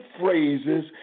phrases